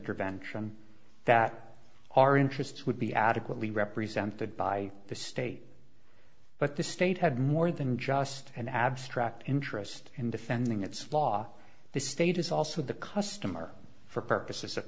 rvention that our interests would be adequately represented by the state but the state had more than just an abstract interest in defending its law the state is also the customer for purposes of